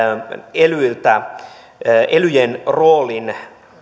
elyjen roolin